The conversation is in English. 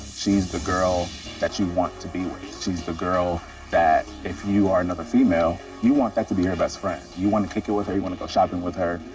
she's the girl that you want to be with. she's the girl that, if you are another female, you want that to be your best friend. you want to kick it with her. you want to go shopping with her.